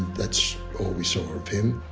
that's all we saw of him.